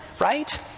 right